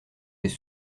des